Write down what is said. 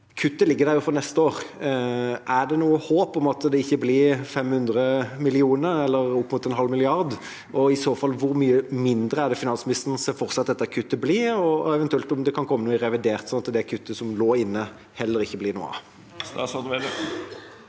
kuttet ligger der for neste år. Er det noe håp om at det ikke blir 500 mill. kr eller opp mot en halv milliard? Og i så fall: Hvor mye mindre er det finansministeren ser for seg at dette kuttet blir? Kan det eventuelt komme noe i revidert, slik at det kuttet som lå inne, ikke blir noe av?